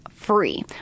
free